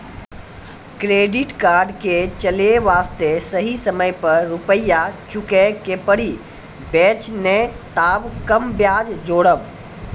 Credit card के चले वास्ते सही समय पर रुपिया चुके के पड़ी बेंच ने ताब कम ब्याज जोरब?